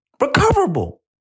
recoverable